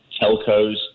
telcos